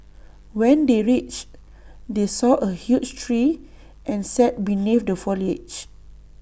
when they reached they saw A huge tree and sat beneath the foliage